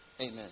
Amen